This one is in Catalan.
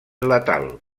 letal